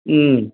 ಹ್ಞೂ